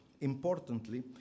Importantly